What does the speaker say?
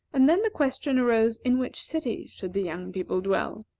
and then the question arose in which city should the young couple dwell.